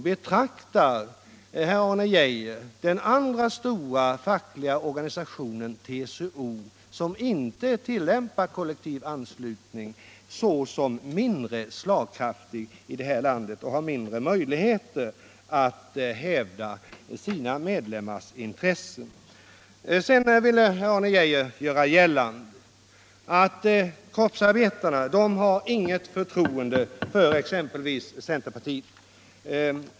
Betraktar herr Arne Geijer den andra stora fackliga organisationen, TCO, som inte tillämpar kollektivanslutning, som mindre slagkraftig? Har den sämre möjligheter att hävda sina medlemmars intressen? Sedan ville herr Arne Geijer göra gällande att kroppsarbetarna inte har något förtroende för exempelvis centerpartiet.